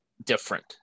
different